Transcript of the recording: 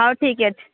ହଉ ଠିକ ଅଛି